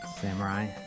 Samurai